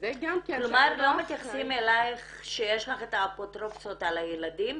--- כלומר לא מתייחסים אליך שיש לך את האפוטרופסות על הילדים?